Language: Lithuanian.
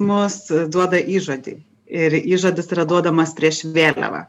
mus duoda įžodį ir įžadas yra duodamas prieš vėliavą